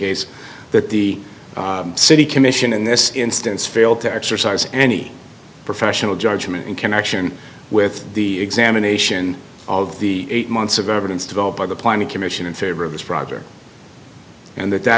case that the city commission in this instance failed to exercise any professional judgment in connection with the examination of the eight months of evidence developed by the planning commission in favor of this project and the